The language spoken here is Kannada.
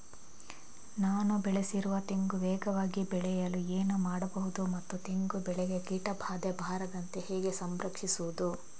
ನಾನು ಬೆಳೆಸಿರುವ ತೆಂಗು ವೇಗವಾಗಿ ಬೆಳೆಯಲು ಏನು ಮಾಡಬಹುದು ಮತ್ತು ತೆಂಗು ಬೆಳೆಗೆ ಕೀಟಬಾಧೆ ಬಾರದಂತೆ ಹೇಗೆ ಸಂರಕ್ಷಿಸುವುದು?